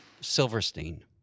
Silverstein